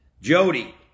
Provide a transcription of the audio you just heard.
Jody